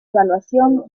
evaluación